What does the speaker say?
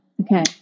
Okay